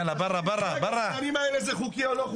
יאללה, ברא, ברא, ברא.